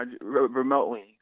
remotely